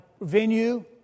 venue